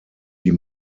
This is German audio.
die